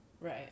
Right